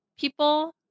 people